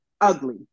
ugly